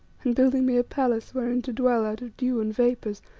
and building me a palace wherein to dwell out of dew and vapours,